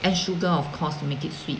and sugar of course to make it sweet